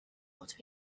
what